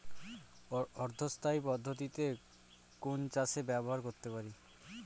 অর্ধ স্থায়ী পদ্ধতি কোন চাষে ব্যবহার করতে পারি?